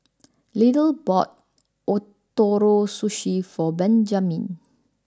Little bought Ootoro Sushi for Benjamine